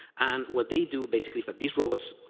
and what they do, basically, these robots,